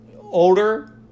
Older